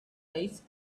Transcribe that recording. eyes